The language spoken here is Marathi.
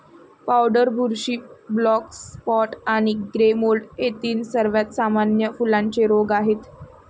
पावडर बुरशी, ब्लॅक स्पॉट आणि ग्रे मोल्ड हे तीन सर्वात सामान्य फुलांचे रोग आहेत